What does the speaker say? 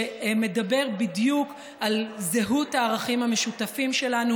שמדבר בדיוק על זהות הערכים המשותפים שלנו